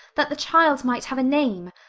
that the child might have a name,